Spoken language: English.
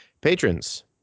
patrons